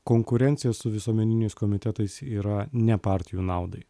konkurencija su visuomeniniais komitetais yra ne partijų naudai